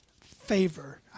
favor